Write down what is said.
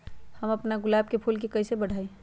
हम अपना गुलाब के फूल के कईसे बढ़ाई?